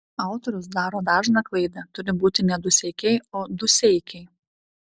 autorius daro dažną klaidą turi būti ne duseikiai o dūseikiai